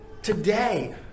Today